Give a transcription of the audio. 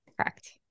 Correct